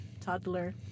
toddler